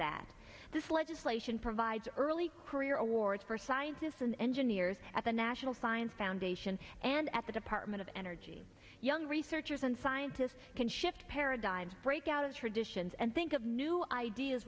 that this legislation provides early career awards for scientists and engineers at the national science foundation and at the department of energy young researchers and scientists can shift paradigms break out traditions and think of new ideas